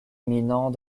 éminent